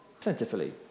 plentifully